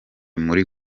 muri